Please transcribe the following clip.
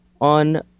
on